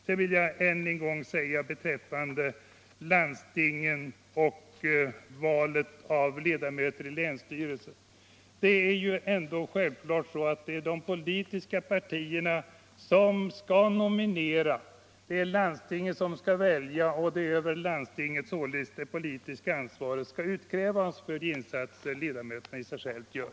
Vad slutligen frågan om landstingen och valet av ledamöter i länsstyrelsen angår är det naturligtvis det politiska partierna som skall nominera, men det är landstinget som väljer. Och det är sålunda av landstinget som det politiska ansvaret skall utkrävas för de insatser som ledamöterna gör.